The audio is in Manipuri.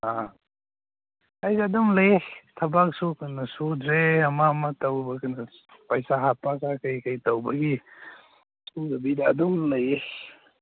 ꯑꯥ ꯑꯩ ꯑꯗꯨꯝ ꯂꯩꯌꯦ ꯊꯕꯛꯁꯨ ꯀꯩꯅꯣ ꯁꯨꯗ꯭ꯔꯦ ꯑꯃ ꯑꯃ ꯇꯧꯕ ꯀꯩꯅꯣ ꯄꯩꯁꯥ ꯍꯥꯞꯄꯒ ꯀꯩ ꯀꯩ ꯇꯧꯕꯒꯤ ꯁꯨꯗꯕꯤꯗ ꯑꯗꯨꯝ ꯂꯩꯌꯦ